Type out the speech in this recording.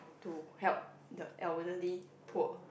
to help the elderly poor